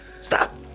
Stop